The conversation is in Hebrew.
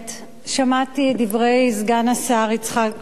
שמעתי את דברי סגן השר יצחק כהן,